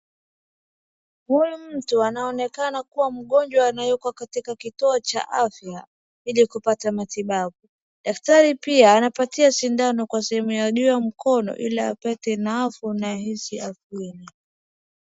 Huyu mtu anaonekana kuwa mgonjwa na yuko katika kituo cha afya ili kupata matibabu. Daktari pia anapatia sindano kwa sehemu ya juu ya mkono ili apate naafu na ahisi afueni.